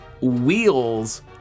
wheels